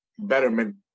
betterment